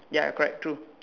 ya correct true